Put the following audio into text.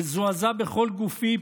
מזועזע בכל גופי,